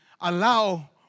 allow